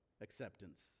acceptance